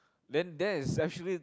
then there especially